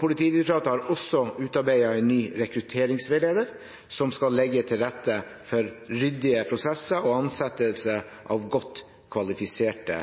Politidirektoratet har også utarbeidet en ny rekrutteringsveileder som skal legge til rette for ryddige prosesser og ansettelse av godt kvalifiserte